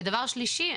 דבר שלישי,